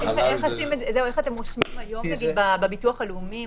איך זה רשום בביטוח הלאומי?